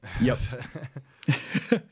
Yes